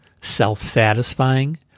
self-satisfying